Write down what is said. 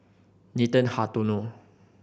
Nathan Hartono